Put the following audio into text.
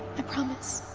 i promise.